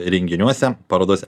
renginiuose parodose